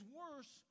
worse